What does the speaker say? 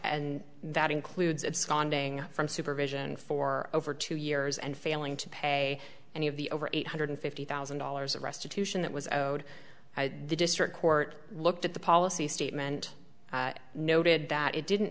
and that includes absconding from supervision for over two years and failing to pay any of the over eight hundred fifty thousand dollars of restitution that was owed by the district court looked at the policy statement noted that it didn't